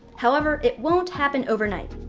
however, it won't happen overnight.